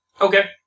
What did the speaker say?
Okay